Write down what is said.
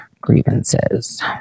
grievances